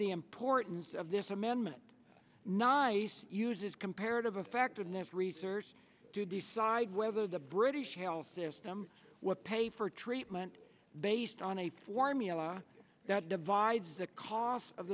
the importance of this amendment nice uses comparative effectiveness research to decide whether the british health system where pay for treatment based on a formula that divides the cost of